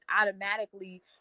automatically